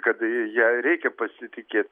kada j ja reikia pasitikėt